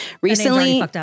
Recently